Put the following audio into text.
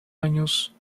años